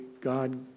God